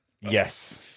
Yes